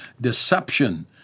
Deception